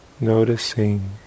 noticing